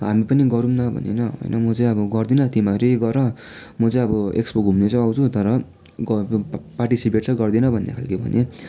हामी पनि गरौँ न भन्यो होइन होइन म चाहिँ अब गर्दिनँ तिमीहरू गर म चाहिँ अब एक्सपो घुम्नु चाहिँ आउँछु तर पार्टिसिपेट चाहिँ गर्दिनँ भन्ने खालकै भनेँ